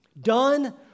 Done